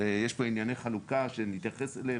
יש פה ענייני חלוקה שנתייחס אליהם,